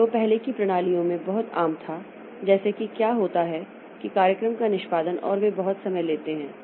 तो जो पहले की प्रणालियों में बहुत आम था जैसे कि क्या होता है कि कार्यक्रम का निष्पादन और वे बहुत समय लेते हैं